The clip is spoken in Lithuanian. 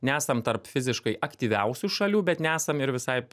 nesam tarp fiziškai aktyviausių šalių bet nesam ir visai